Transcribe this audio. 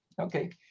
Okay